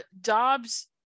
Dobbs